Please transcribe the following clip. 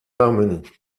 harmonie